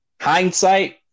Hindsight